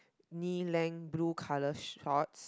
knee length blue colour shorts